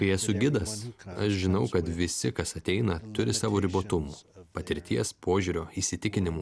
kai esu gidas aš žinau kad visi kas ateina turi savo ribotumų patirties požiūrio įsitikinimų